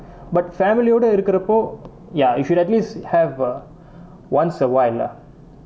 but family ஓடை இருக்குறப்போ:odai irukkurappo ya you should at least have uh once a while lah